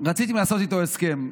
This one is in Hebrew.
רציתם לעשות איתו הסכם,